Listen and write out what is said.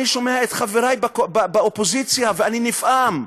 אני שומע את חברי באופוזיציה ואני נפעם.